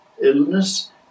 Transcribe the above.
illness